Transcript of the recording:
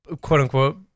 quote-unquote